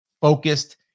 focused